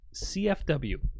cfw